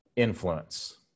influence